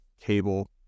cable